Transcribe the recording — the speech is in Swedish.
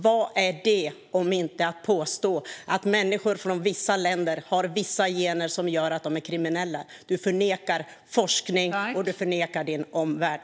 Vad är det om inte att påstå att människor från vissa länder har vissa gener som gör att de är kriminella? Du förnekar forskning, och du förnekar din omvärld.